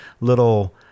little –